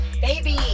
baby